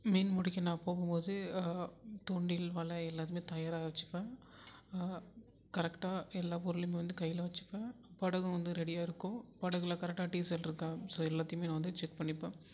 மீன் பிடிக்க நான் போகும்போது தூண்டில் வலை எல்லாமே தயாராக வச்சுப்பேன் கரெக்ட்டாக எல்லா பொருளையுமே வந்து கையில் வச்சுப்பேன் படகு வந்து ரெடியாக இருக்கும் படகில் கரெக்ட்டாக டீசல் இருக்கா ஸோ எல்லாத்தையுமே நான் வந்து செக் பண்ணிப்பேன்